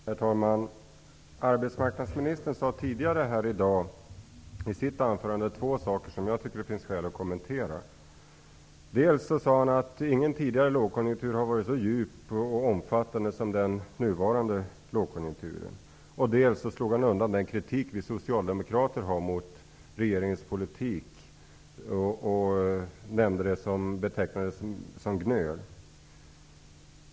Herr talman! Arbetsmarknadsministern sade tidigare här i dag i sitt anförande två saker som jag tycker det finns skäl att kommentera. Dels sade han att ingen tidigare lågkonjunktur har varit så djup och omfattande som den nuvarande. Dels försökte han slå undan den kritik vi socialdemokrater har mot regeringens politik genom att beteckna den som ''gnöl''.